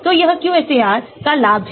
तो यह QSAR का लाभ है